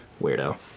Weirdo